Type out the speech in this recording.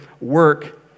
work